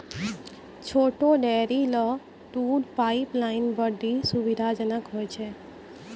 छोटो डेयरी ल दूध पाइपलाइन बड्डी सुविधाजनक होय छै